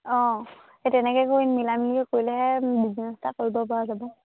অঁ সেই তেনেকে কৰি মিলা মিলি কৰিলেহে বিজনেছ এটা কৰিব পৰা যাব